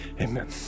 amen